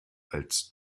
als